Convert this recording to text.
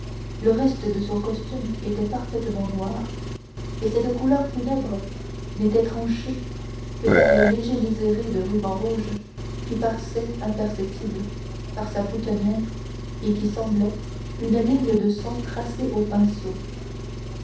le reste de son costume était parfaitement noir et cette couleur funèbre n'était tranchée que par le léger liséré de ruban rouge qui passait imperceptible par sa boutonnière et qui semblait une ligne de sang tracée au pinceau